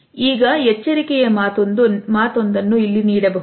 ಈಗ ಎಚ್ಚರಿಕೆಯ ಮಾತೊಂದನ್ನು ಇಲ್ಲಿ ನೀಡಬಹುದು